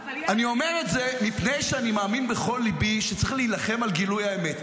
אני אומר את זה מפני שאני מאמין בכל ליבי שצריך להילחם על גילוי האמת.